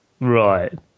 Right